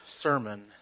sermon